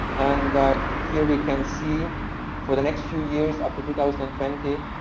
and here we can see for the next few years, up to two thousand and twenty,